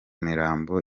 mirambo